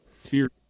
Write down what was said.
Fear